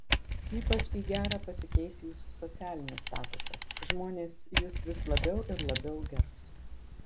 ypač į gerą pasikeis jūsų socialinis statusas žmonės jus vis labiau ir labiau gerbs